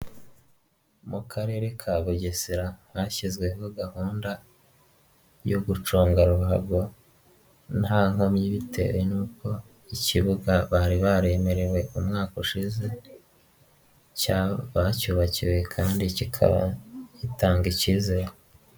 Mu karere ka Bugesera hashyizweho gahunda yo gucunga ruhago nta nkomyi, bitewe n'uko ikibuga bari baremerewe umwaka ushize, bacyubakiwe kandi kikaba gitanga icyizere.